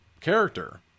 character